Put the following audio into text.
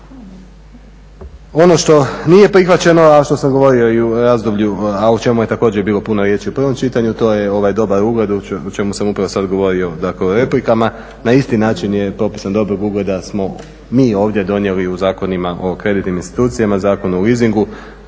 Ono što nije prihvaćeno, a što sam govorio i u razdoblju, a o čemu je također bilo puno riječi u prvom čitanju to je ovaj dobar ugled o čemu sam upravo sad govorio, dakle u replikama. Na isti način je propis dobrog ugleda da smo mi ovdje donijeli u zakonima o kreditnim institucijama Zakon o leasingu.